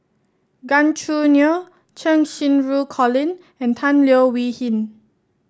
Gan Choo Neo Cheng Xinru Colin and Tan Leo Wee Hin